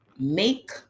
make